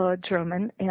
German